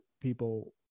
people